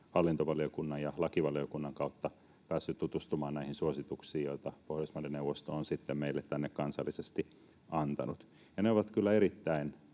hallintovaliokunnan ja lakivaliokunnan kautta päässyt tutustumaan näihin suosituksiin, joita Pohjoismaiden neuvosto on sitten meille tänne kansallisesti antanut, ja ne ovat kyllä erittäin